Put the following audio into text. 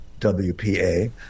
WPA